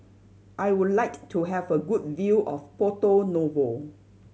I would like to have a good view of Porto Novo